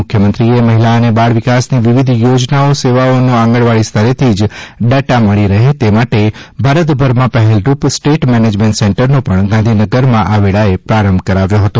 મુખ્યમંત્રીશ્રીએ મહિલ અને બાળ વિકાસની વિવિધ યોજનાઓ સેવાઓનો આંગણવાઠી સ્તરેથી જ ડેટા મળી રહે તે માટે ભારતભરમાં પહેલરૂપ સ્ટેટ મેનેજમેન્ટ સેન્ટરનો પણ ગાંધીનગરમં આ વેળાએ પ્રારંભ કરાવ્યો હતો